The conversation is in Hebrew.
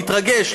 להתרגש,